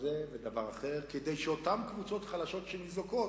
זה ולדבר אחר כדי שאותן קבוצות חלשות שניזוקות,